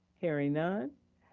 hearing none.